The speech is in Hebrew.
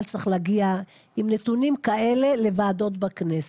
צריך להגיע עם נתונים כאלה לוועדות בכנסת.